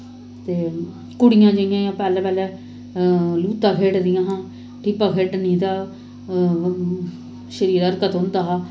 ते कुड़ियां जि'यां पैह्लैं पैह्लैं लूत्ता खेढदियां हां लूत्ता खेढनें दा ओह् शरीर हरकत होंदा हा